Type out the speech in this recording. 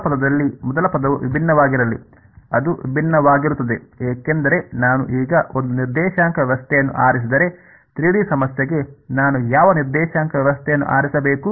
ಮೊದಲ ಪದದಲ್ಲಿ ಮೊದಲ ಪದವು ವಿಭಿನ್ನವಾಗಿರಲಿ ಅದು ವಿಭಿನ್ನವಾಗಿರುತ್ತದೆ ಏಕೆಂದರೆ ನಾನು ಈಗ ಒಂದು ನಿರ್ದೇಶಾಂಕ ವ್ಯವಸ್ಥೆಯನ್ನು ಆರಿಸಿದರೆ 3 ಡಿ ಸಮಸ್ಯೆಗೆ ನಾನು ಯಾವ ನಿರ್ದೇಶಾಂಕ ವ್ಯವಸ್ಥೆಯನ್ನು ಆರಿಸಬೇಕು